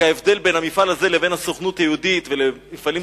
רק ההבדל בין המפעל הזה לבין הסוכנות היהודית ומפעלים